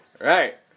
Right